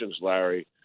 Larry